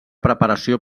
preparació